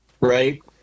right